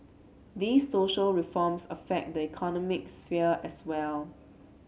these social reforms affect the economic sphere as well